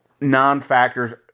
non-factors